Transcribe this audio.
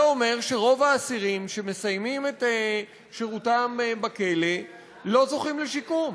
זה אומר שרוב האסירים שמסיימים את שהותם בכלא לא זוכים לשיקום.